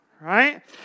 right